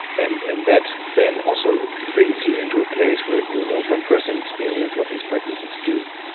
and and that then also brings you into a place where you know from firsthand experience what these practices do.